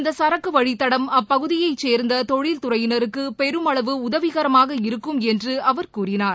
இந்த சரக்கு வழித்தடம் அப்பகுதியைச் சேர்ந்த தொழில்துறையினருக்கு பெருமளவு உதவிகரமாக இருக்கும் என்று அவர் கூறினார்